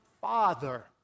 Father